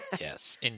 Yes